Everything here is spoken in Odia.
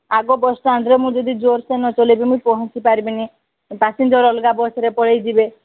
ଆଗ ବସ୍ଷ୍ଟାଣ୍ଡରେ ମୁଁ ଯଦି ଜୋର ସେ ନ ଚଲାଇବି ମୁଇଁ ପହଞ୍ଚି ପାରିବିନି ପାସେଞ୍ଜର୍ ଅଲଗା ବସ୍ରେ ପଳାଇ ଯିବେ